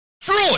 Fruit